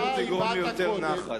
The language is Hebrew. תגרום ליותר נחת.